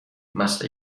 must